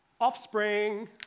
offspring